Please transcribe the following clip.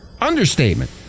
understatement